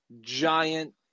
giant